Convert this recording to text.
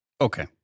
Okay